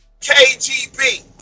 KGB